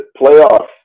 playoffs